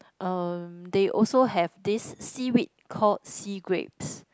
um they also have this seaweed called sea grapes